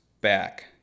back